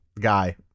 guy